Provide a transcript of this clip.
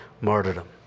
martyrdom